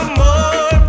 more